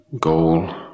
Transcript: goal